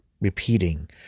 repeating